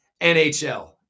NHL